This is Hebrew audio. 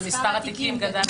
אבל מספר התיקים גדל.